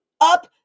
up